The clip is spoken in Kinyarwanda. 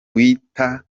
wita